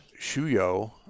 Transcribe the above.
Shuyo